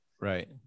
Right